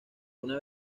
una